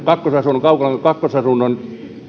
kakkosasunnon kakkosasunnon